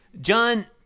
John